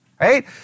right